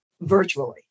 virtually